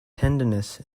tenderness